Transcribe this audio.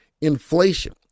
Inflation